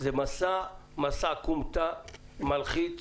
זה מסע כומתה מלחיץ